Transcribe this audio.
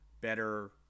better